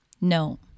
no